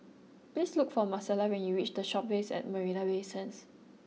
please look for Marcela when you reach The Shoppes at Marina Bay Sands